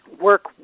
work